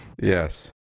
Yes